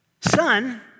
Son